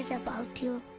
about you.